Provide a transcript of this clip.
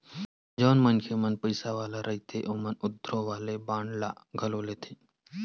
जउन मनखे मन पइसा वाले रहिथे ओमन युद्ध वाले बांड ल घलो लेथे